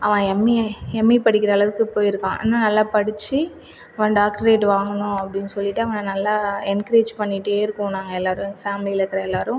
அவன் M E M E படிக்கின்ற அளவுக்கு போய் இருக்கான் இன்னும் நல்லா படித்து அவன் டாக்ரேட் வாங்கணும் அப்படினு சொல்லிட்டு அவன் நல்லா என்க்ரேஜ் பண்ணிகிட்டே இருக்கோம் நாங்கள் எல்லோரும் ஃபேமிலியில் இருக்கிற எல்லோரும்